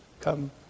Come